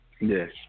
Yes